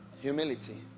humility